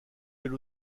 elle